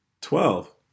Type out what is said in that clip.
Twelve